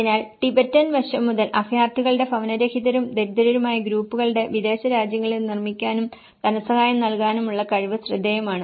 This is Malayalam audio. അതിനാൽ ടിബറ്റൻ വശം മുതൽ അഭയാർത്ഥികളുടെ ഭവനരഹിതരും ദരിദ്രരുമായ ഗ്രൂപ്പുകളുടെ വിദേശ രാജ്യങ്ങളിൽ നിർമ്മിക്കാനും ധനസഹായം നൽകാനുമുള്ള കഴിവ് ശ്രദ്ധേയമാണ്